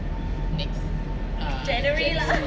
next ah